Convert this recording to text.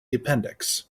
appendix